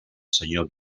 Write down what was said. senyor